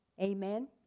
amen